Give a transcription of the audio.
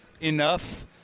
enough